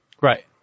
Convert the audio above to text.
Right